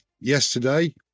yesterday